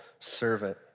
servant